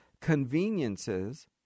conveniences